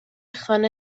خانه